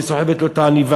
והיא סוחבת לו את העניבה.